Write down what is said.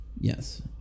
Yes